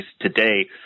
today